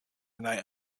knight